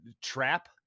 trap